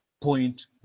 point